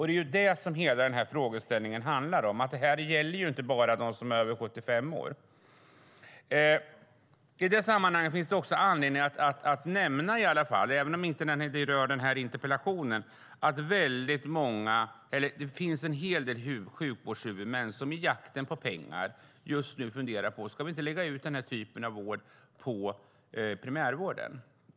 Det är det som hela den här frågeställningen handlar om, att det här inte bara gäller de som är över 75 år. I det här sammanhanget finns det också anledning att i alla fall nämna, även om det inte berör den här interpellationen, att det finns en hel del sjukvårdshuvudmän som i jakten på pengar just nu funderar på att lägga ut den här typen av vård på primärvården.